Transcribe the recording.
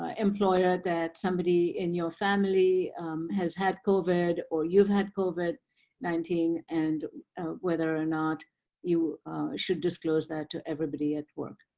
ah employer that somebody in your family has had covid or you've had covid nineteen, and whether or not you should disclose that to everybody at work?